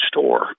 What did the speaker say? store